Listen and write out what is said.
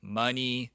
money